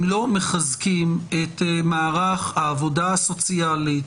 אם לא מחזקים את מערך העבודה הסוציאלית,